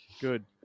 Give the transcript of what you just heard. good